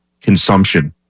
consumption